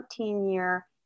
13-year